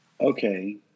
okay